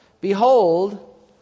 Behold